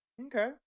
Okay